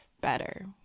Better